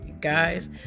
guys